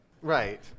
Right